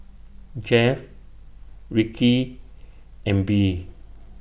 Geoff Rikki and Bee